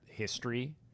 history